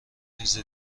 چیز